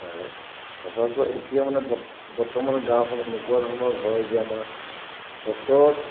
প্ৰায় সচৰাচৰ এতিয়া মানে বৰ বৰ্তমানৰ গাঁৱৰ ঘৰ এনেকুৱা ধৰণৰ হয় যে আমাৰ বছৰত